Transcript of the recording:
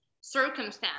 circumstance